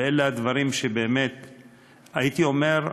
ואלה הדברים, הייתי אומר,